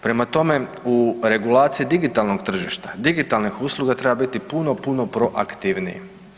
Prema tome, u regulaciji digitalnog tržišta, digitalnih usluga treba biti puno, puno proaktivniji.